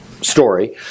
story